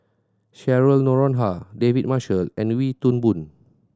Cheryl Noronha David Marshall and Wee Toon Boon